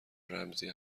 رمزی